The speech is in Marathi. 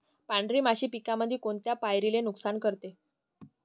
पांढरी माशी पिकामंदी कोनत्या पायरीले नुकसान करते?